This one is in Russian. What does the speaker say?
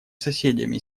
соседями